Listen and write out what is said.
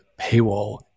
paywall